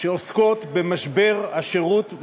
שעוסקות במשבר השירות,